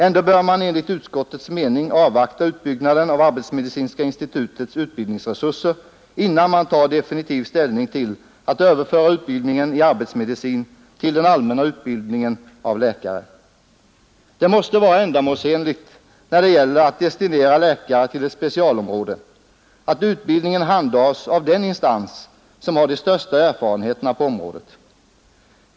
Ändå bör man enligt utskottets mening avvakta utbyggnaden av arbetsmedicinska institutets utbildningsresurser innan man tar definitiv ställning till att överföra utbildningen i arbetsmedicin till den allmänna utbildningen av läkare. Det måste vara ändamålsenligt, när det gäller att destinera läkare till ett specialområde, att utbildningen handhas av den instans som har de största erfarenheterna på området.